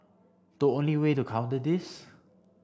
the only way to counter this